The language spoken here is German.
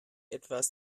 etwas